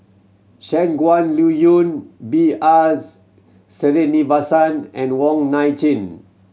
Shangguan Liuyun B R Sreenivasan and Wong Nai Chin